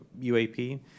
UAP